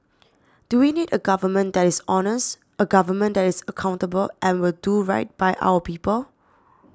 do we need a government that is honest a government that is accountable and will do right by our people